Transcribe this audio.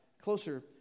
closer